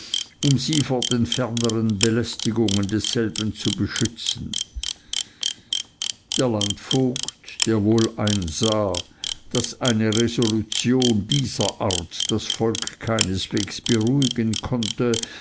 um sie vor den ferneren belästigungen desselben zu beschützen der landvogt der wohl einsah daß eine resolution dieser art das volk keinesweges beruhigen konnte